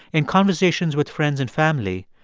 in conversations with friends and family,